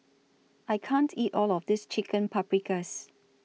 I can't eat All of This Chicken Paprikas